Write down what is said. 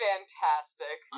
Fantastic